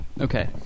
Okay